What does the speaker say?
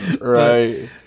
Right